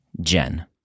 Jen